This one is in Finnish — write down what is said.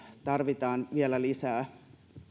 tarvitaan vielä lisää